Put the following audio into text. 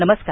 नमस्कार